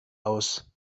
aus